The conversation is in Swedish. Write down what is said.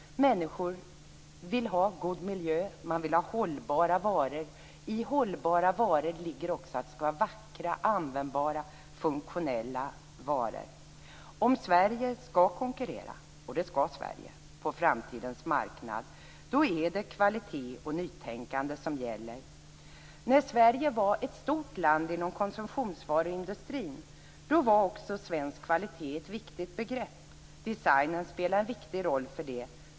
Människor vill ha god miljö. De vill ha hållbara varor. I hållbara varor ligger också att det skall vara vackra, användbara och funktionella varor. Om Sverige skall konkurrera, och det skall Sverige, på framtidens marknad är det kvalitet och nytänkande som gäller. När Sverige var ett stort land inom konsumtionsvaruindustrin var också svensk kvalitet ett viktigt begrepp. Designen spelade en viktig roll för det.